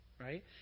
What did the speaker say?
right